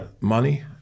money